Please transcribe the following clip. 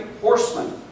horsemen